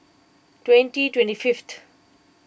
twenty twenty fifth